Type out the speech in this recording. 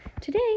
Today